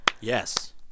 yes